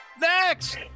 Next